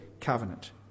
covenant